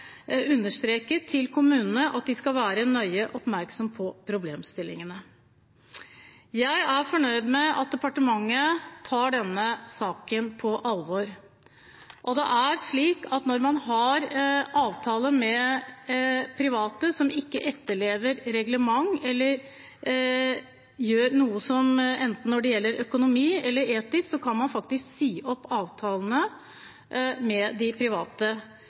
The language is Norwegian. kommunene at de skal være svært oppmerksom på problemstillingene. Jeg er fornøyd med at departementet tar denne saken på alvor. Det er slik at når man har avtale med private som ikke etterlever reglement eller gjør noe enten det gjelder økonomi eller noe etisk, kan man faktisk si opp avtalene med de private.